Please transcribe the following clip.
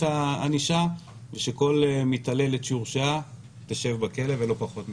הענישה ושכל מתעללת שהורשעה תשב בכלא ולא פחות מכך.